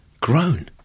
Grown